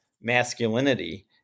masculinity